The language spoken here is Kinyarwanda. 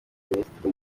minisitiri